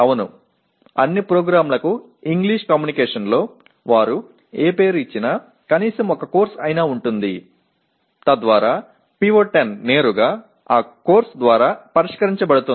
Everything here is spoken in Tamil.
ஆமாம் எல்லா புரோகிராம்களும் ஆங்கில தகவல்தொடர்புகளில் குறைந்தபட்சம் ஒரு பாடநெறி இருந்தாலும் அவர்கள் எந்த பெயரைக் கொடுத்தாலும் PO10 நேரடியாக அந்த பாடத்திட்டத்தால் உரையாற்றப்படுகிறது